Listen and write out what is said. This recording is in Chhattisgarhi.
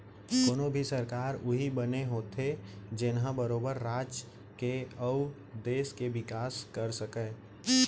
कोनो भी सरकार उही बने होथे जेनहा बरोबर राज के अउ देस के बिकास कर सकय